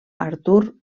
artur